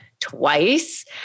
twice